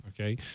Okay